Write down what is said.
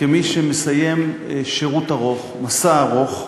כמי שמסיים שירות ארוך, מסע ארוך,